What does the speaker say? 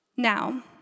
Now